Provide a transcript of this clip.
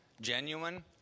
Genuine